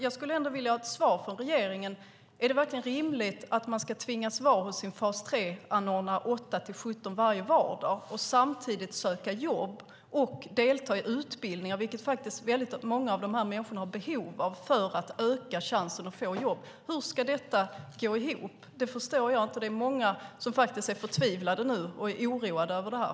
Jag skulle vilja ha ett svar från regeringen: Är det verkligen rimligt att man ska tvingas vara hos sin fas 3-anordnare 8 till 17 varje vardag och samtidigt söka jobb och delta i utbildningar, vilket faktiskt många av de här människorna har behov av för att öka chansen att få jobb. Hur ska detta gå ihop? Det förstår inte jag. Det är många som är förtvivlade nu och är oroade över det här.